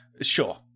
sure